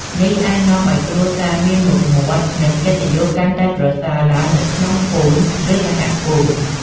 នេះអាចនាំឱ្យគ្រួសារមានមុខមាត់ និងកិត្តិយសកាន់តែប្រសើរឡើងនៅក្នុងភូមិ ឬសហគមន៍។